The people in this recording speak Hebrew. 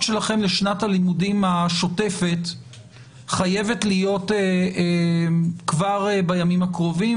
שלכם לשנת הלימודים השוטפת חייבת להיות כבר בימים הקרובים,